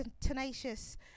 Tenacious